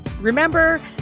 Remember